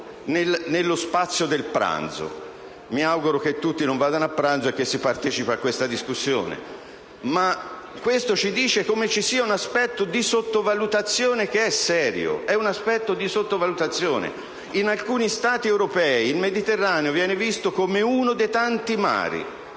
nello spazio del pranzo. Mi auguro che tutti non vadano a pranzo e che si partecipi a questa discussione. Questo ci dice come ci sia un serio aspetto di sottovalutazione del problema. In alcuni Stati europei il Mediterraneo viene visto come uno dei tanti mari